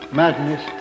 madness